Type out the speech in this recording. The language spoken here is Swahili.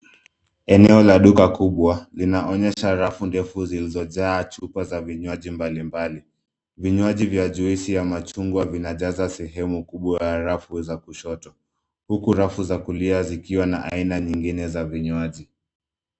Eneo la duka kubwa. Linaonyesha rafu ndefu zilizojaa chupa za vinywaji mbalimbali. Vinywaji vya (cs)juice(cs) ya machungwa binajaza sehemu kubwa ya rafu za kushoto, huku rafu za kulia zikiwa na aina nyingine za vinywaji.